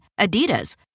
Adidas